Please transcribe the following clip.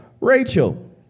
Rachel